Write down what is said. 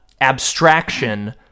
abstraction